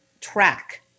track